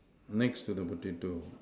next to the potato